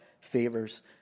favors